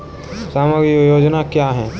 सामाजिक योजना क्या है?